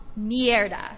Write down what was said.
mierda